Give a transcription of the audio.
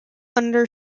under